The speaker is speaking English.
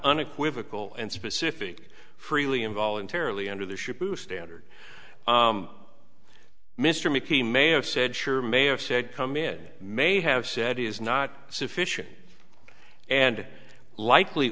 unequivocal and specific freely and voluntarily under the ship standard mr mckee may have said sure may have said come in may have said is not sufficient and likely